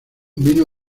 vino